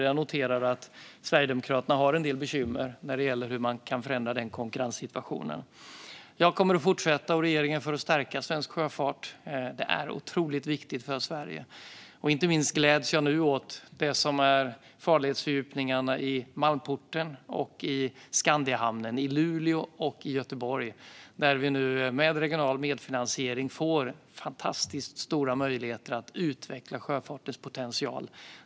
Jag noterar att Sverigedemokraterna har en del bekymmer när det gäller hur man kan förändra den konkurrenssituationen. Jag och regeringen kommer att fortsätta att arbeta för att stärka svensk sjöfart. Den är otroligt viktig för Sverige. Inte minst gläds jag nu åt farledsfördjupningarna i Malmporten i Luleå och i Skandiahamnen i Göteborg där vi nu med regional medfinansiering får fantastiskt stora möjligheter att utveckla sjöfartens potential.